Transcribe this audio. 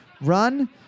Run